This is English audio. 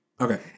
Okay